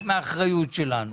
זו האחריות שלנו.